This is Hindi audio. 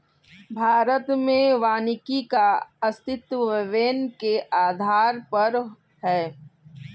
भारत में वानिकी का अस्तित्व वैन के आधार पर है